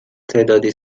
تعدادی